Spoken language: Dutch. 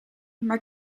maar